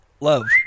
Love